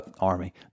Army